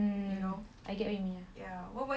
mm I get what you mean